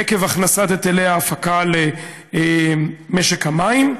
עקב הכנסת היטלי ההפקה למשק המים.